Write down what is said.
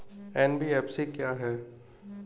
NBFC क्या है?